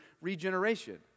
regeneration